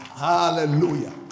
Hallelujah